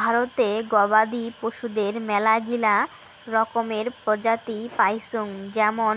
ভারতে গবাদি পশুদের মেলাগিলা রকমের প্রজাতি পাইচুঙ যেমন